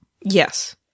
Yes